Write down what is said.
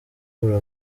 gukura